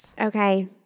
Okay